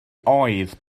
oedd